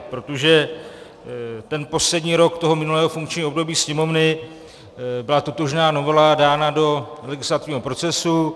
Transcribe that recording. Protože ten poslední rok toho minulého funkčního období Sněmovny byla totožná novela dána do legislativního procesu.